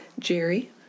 Jerry